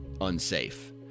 unsafe